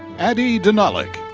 addie dohnalik.